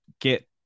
get